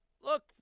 look